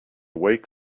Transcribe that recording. wake